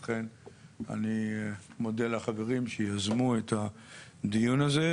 ולכן אני מודה לחברים שיזמו את הדיון הזה,